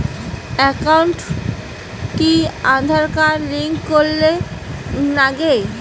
একাউন্টত কি Aadhaar card link করের নাগে?